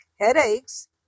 headaches